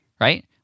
right